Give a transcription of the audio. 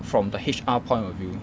from the H_R point of view